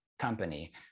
company